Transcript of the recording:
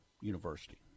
university